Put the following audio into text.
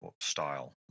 style